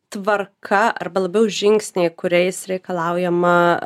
tvarka arba labiau žingsniai kuriais reikalaujama